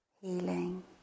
healing